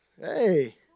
hey